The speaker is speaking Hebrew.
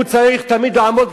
הוא צריך תמיד לעמוד,